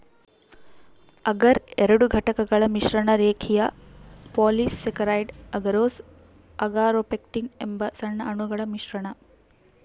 ಅಗರ್ ಎರಡು ಘಟಕಗಳ ಮಿಶ್ರಣ ರೇಖೀಯ ಪಾಲಿಸ್ಯಾಕರೈಡ್ ಅಗರೋಸ್ ಅಗಾರೊಪೆಕ್ಟಿನ್ ಎಂಬ ಸಣ್ಣ ಅಣುಗಳ ಮಿಶ್ರಣ